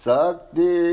Sakti